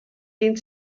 dehnt